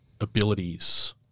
abilities